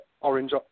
orange